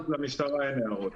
למשטרה אין הערות.